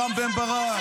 רם בן ברק,